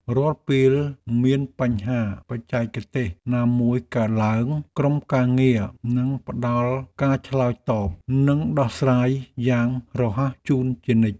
រាល់ពេលមានបញ្ហាបច្ចេកទេសណាមួយកើតឡើង ក្រុមការងារនឹងផ្តល់ការឆ្លើយតបនិងដោះស្រាយយ៉ាងរហ័សជូនជានិច្ច។